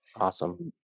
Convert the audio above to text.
awesome